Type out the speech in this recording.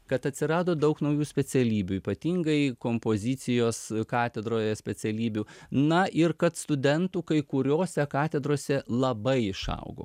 kad atsirado daug naujų specialybių ypatingai kompozicijos katedroje specialybių na ir kad studentų kai kuriose katedrose labai išaugo